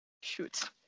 Shoot